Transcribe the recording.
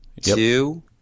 two